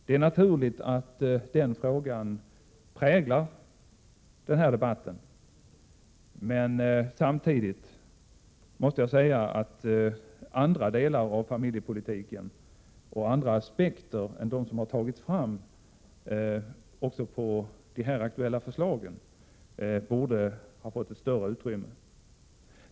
Det är naturligt att den frågan präglar den här debatten, men samtidigt måste jag säga att andra delar av familjepolitiken och andra aspekter än dem som har tagits fram också på de här aktuella förslagen borde ha fått större utrymme.